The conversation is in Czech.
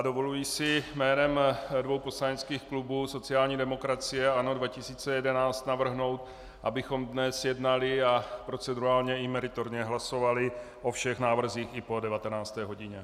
Dovoluji si jménem dvou poslaneckých klubů, sociální demokracie a ANO 2011, navrhnout, abychom dnes jednali a procedurálně i meritorně hlasovali o všech návrzích i po 19. hodině.